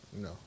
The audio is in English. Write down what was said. No